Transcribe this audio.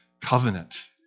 Covenant